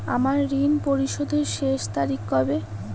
আমার ঋণ পরিশোধের শেষ তারিখ কবে?